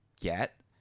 get